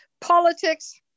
politics